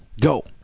go